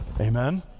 Amen